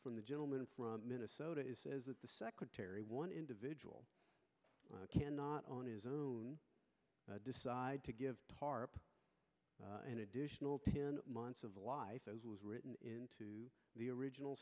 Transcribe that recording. from the gentleman from minnesota is that the secretary one individual cannot on his own decide to give tarp an additional ten months of life was written into the original